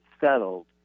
settled